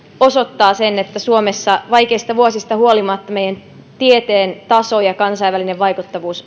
osoittaa sen että suomessa vaikeista vuosista huolimatta meidän tieteen taso ja kansainvälinen vaikuttavuus